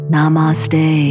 Namaste